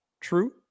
true